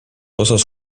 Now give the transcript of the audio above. osas